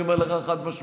אני אומר לך חד-משמעית,